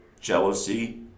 jealousy